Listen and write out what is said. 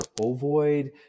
ovoid